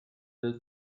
بیادبی